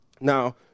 Now